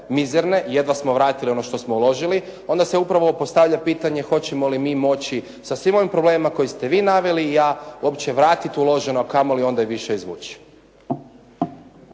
mizerne. Jedva smo vratili ono što smo uložili, onda se upravo postavlja pitanje hoćemo li mi moći sa svim ovim problemima koje ste vi naveli, ja uopće vratiti uloženo, a kamo li onda više izvući.